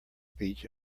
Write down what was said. speech